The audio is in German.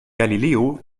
galileo